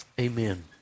Amen